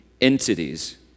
entities